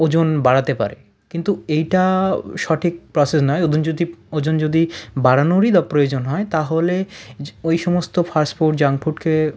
ওজন বাড়াতে পারে কিন্তু এইটা সঠিক প্রসেস নয় ওজন যদি ওজন যদি বাড়ানোরই প্রয়োজন হয় তাহলে ওই সমস্ত ফাস্ট ফুড জাঙ্ক ফুড খেয়ে